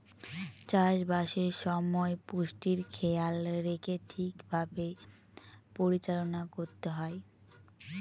চাষবাসের সময় পুষ্টির খেয়াল রেখে ঠিক ভাবে পরিচালনা করতে হয়